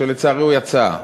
שלצערי יצא.